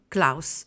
Klaus